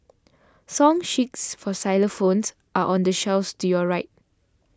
song sheets for xylophones are on the shelf to your right